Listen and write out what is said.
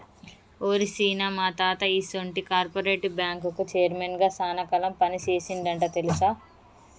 ఓరి సీన, మా తాత ఈసొంటి కార్పెరేటివ్ బ్యాంకుకి చైర్మన్ గా సాన కాలం పని సేసిండంట తెలుసా